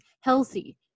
healthy